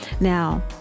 Now